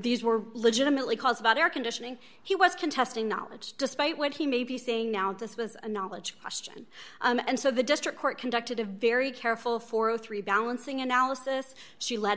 these were legitimately calls about air conditioning he was contesting knowledge despite what he may be saying now this was a knowledge question and so the district court conducted a very careful for all three balancing analysis she le